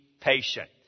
patient